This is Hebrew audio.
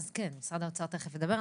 כן, משרד האוצר תכף ידבר.